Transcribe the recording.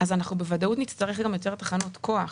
אז אנחנו בוודאות נצטרך גם יותר תחנות כוח.